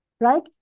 right